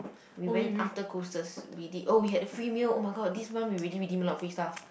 we went after Coasters we did oh we had the free meal oh my god this month we redee~ redeem a lot of free stuff